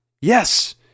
yes